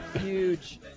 huge